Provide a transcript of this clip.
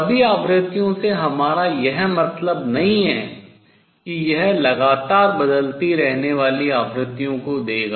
सभी आवृत्तियों से हमारा यह मतलब नहीं है कि यह लगातार बदलती रहने वाली आवृत्तियों को देगा